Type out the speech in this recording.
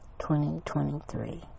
2023